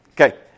Okay